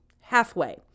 halfway